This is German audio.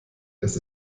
dass